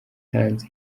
hanze